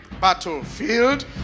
battlefield